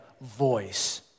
voice